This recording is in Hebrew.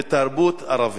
ותרבות ערבית.